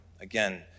Again